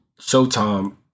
Showtime